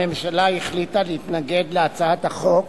הממשלה החליטה להתנגד להצעת החוק